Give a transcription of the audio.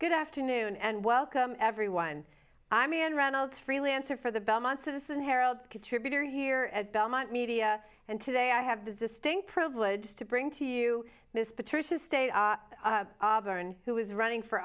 good afternoon and welcome everyone i mean reynolds freelancer for the belmont citizen harold keke tributary here at belmont media and today i have the distinct privilege to bring to you miss patricia state auburn who is running for